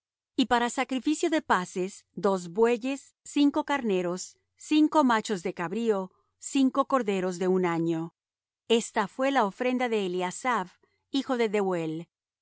y para sacrificio de paces dos bueyes cinco carneros cinco machos de cabrío cinco corderos de un año esta fué la ofrenda de eliasaph hijo de dehuel